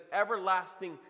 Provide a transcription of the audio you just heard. everlasting